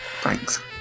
Thanks